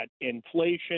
inflation